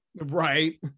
Right